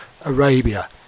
Arabia